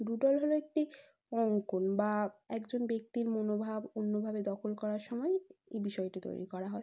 doodle হল একটি অঙ্কন বা একজন ব্যক্তির মনোভাব অন্যভাবে দখল করার সময় এই বিষয়টি তৈরি করা হয়